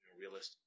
realistic